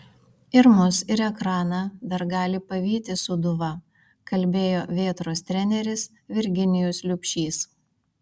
ir mus ir ekraną dar gali pavyti sūduva kalbėjo vėtros treneris virginijus liubšys